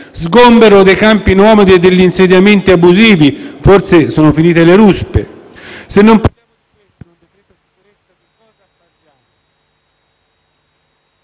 sgombero dei campi nomadi e degli insediamenti abusivi. Forse sono finite le ruspe!